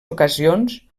ocasions